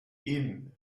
even